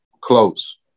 Close